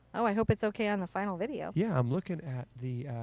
oh i hope it's okay on the final video. yeah. i'm looking at the.